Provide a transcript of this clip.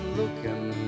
looking